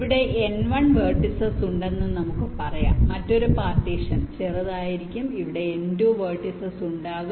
ഇവിടെ n1 vertices ഉണ്ടെന്ന് നമുക്ക് പറയാം മറ്റൊരു പാർട്ടീഷൻ ചെറുതായിരിക്കും ഇവിടെ n2 വെർട്ടിസ്സ് ഉണ്ടാകും